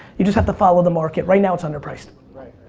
you just have to follow the market. right now it's underpriced. right.